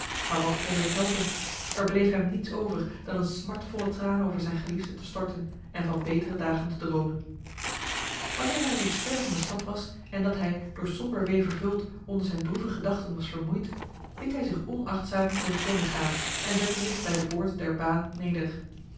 samen maar wat kon dit helpen er bleef hem niets over dan een smartvolle traan over zijn geliefde te storten en van betere dagen te dromen wanneer hij reeds ver van de stad was en dat hij door somber wee vervuld onder zijn droeve gedachten was vermoeid liet hij zich onachtzaam ten gronde gaan en zette zich bij de boord der baan neder